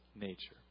nature